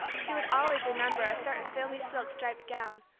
she would always remember a certain filmy silk striped gown,